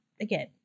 again